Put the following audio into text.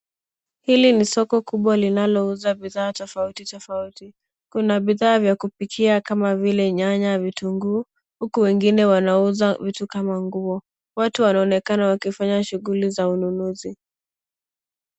Hili ni soko kubwa linalouza bidhaa tofauti tofauti. Kuna bidhaa vya kupikia kama vile nyanya, vitunguu, huku wengine wanauza vitu kama nguo. Watu wanaonekana wakifanya shughuli za ununuzi.